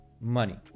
money